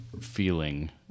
feeling